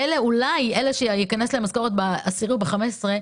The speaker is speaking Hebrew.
אולי ההטבות האלו ייכנסו לאלה שמקבלים משכורת ב-10 או ב-15.